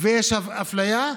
ויש אפליה,